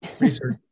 research